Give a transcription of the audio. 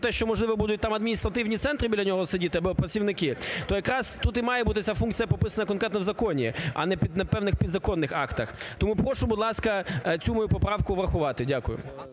що, можливо, будуть там адміністративні центри біля нього сидіти, або працівники, то якраз тут і має бути ця функція прописана конкретно в законі, а не на певних законних актах. Тому прошу, будь ласка, цю мою поправку врахувати. Дякую.